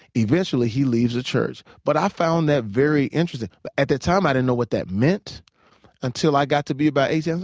eventually, he leaves the church. but i found that very interesting. but at that time, i didn't know that that meant until i got to be about eighteen. i was